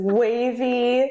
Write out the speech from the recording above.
wavy